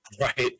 Right